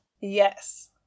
yes